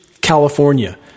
California